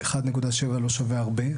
1.7 לא שווה הרבה,